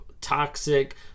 toxic